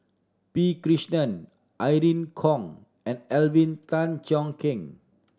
P Krishnan Irene Khong and Alvin Tan Cheong Kheng